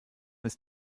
ist